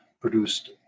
produced